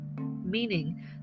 meaning